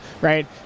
right